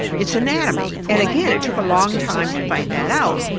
it's anatomy, and again it took a long time to find that out.